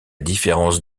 différence